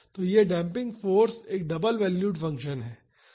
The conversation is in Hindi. तो यह डेम्पिंग फाॅर्स एक डबल वैल्युड फंक्शन है